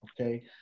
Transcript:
Okay